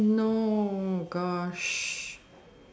oh no gosh